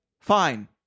Fine